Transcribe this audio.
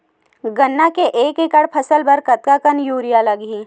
गन्ना के एक एकड़ फसल बर कतका कन यूरिया लगही?